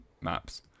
maps